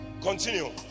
continue